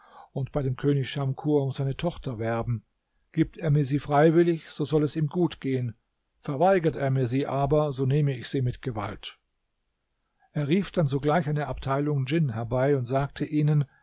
und bei dem könig schamkur um seine tochter werben gibt er mir sie freiwillig so soll es ihm gut gehen verweigert er mir sie aber so nehme ich sie mit gewalt er rief dann sogleich eine abteilung djinn herbei und sagte ihnen